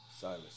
Silas